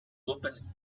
open